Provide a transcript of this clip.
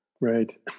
Right